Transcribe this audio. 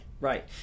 right